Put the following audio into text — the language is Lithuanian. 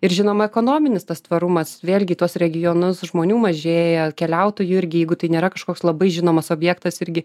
ir žinoma ekonominis tas tvarumas vėlgi tuos regionus žmonių mažėja keliautojų irgi jeigu tai nėra kažkoks labai žinomas objektas irgi